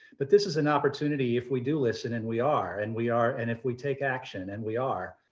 but this is an opportunity if we do listen and we are and we are and if we take action and we are,